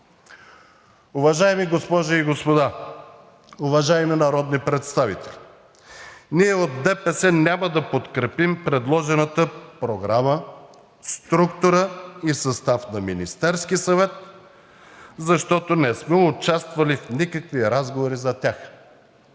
Уважаеми госпожи и господа, уважаеми народни представители, от ДПС няма да подкрепим предложената програма, структура и състав на Министерския съвет, защото не сме участвали в никакви разговори за тях.